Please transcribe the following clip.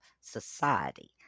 society